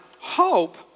hope